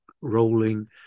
rolling